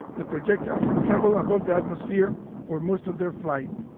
the projectiles would travel above the atmosphere for most of their flight.